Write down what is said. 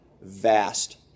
vast